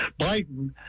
Biden